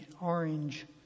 orange